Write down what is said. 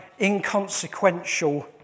inconsequential